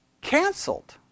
canceled